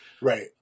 right